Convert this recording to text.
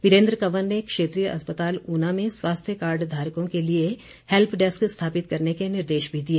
वीरेंद्र कंवर ने क्षेत्रीय अस्पताल ऊना में स्वास्थ्य कार्ड धारकों के लिए हैल्प डेस्क स्थापित करने के निर्देश भी दिए